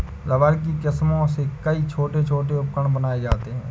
rubber की किस्मों से कई छोटे छोटे उपकरण बनाये जाते हैं